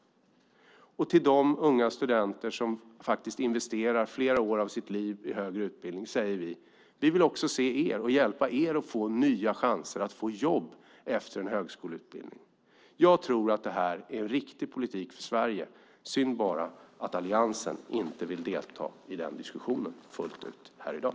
Och till de unga studenter som investerar flera år av sitt liv i högre utbildning säger vi: Vi vill se er och hjälpa er att få nya chanser att få jobb efter en högskoleutbildning. Jag tror att det här är en riktig politik för Sverige. Synd bara att Alliansen inte vill delta i den diskussionen fullt ut här i dag.